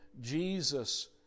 Jesus